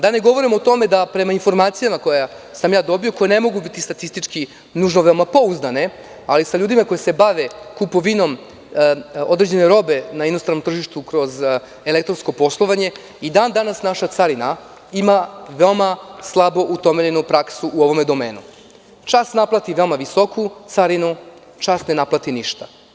Da ne govorim o tome da prema informacijama koje sam dobio, koje ne mogu biti statistički veoma pouzdane, ali ljudi koji se bave kupovinom određene robe na inostranom tržištu kroz elektronsko poslovanje, dan danas naša carina ima veoma slabo utemeljenu praksu u ovome domenu, čas naplati veoma visoku carinu, čas ne naplati ništa.